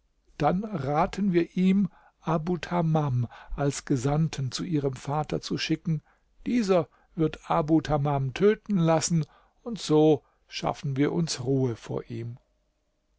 dann raten wir ihm abu tamam als gesandten zu ihrem vater zu schicken dieser wird abu tamam töten lassen und so schaffen wir uns ruhe vor ihm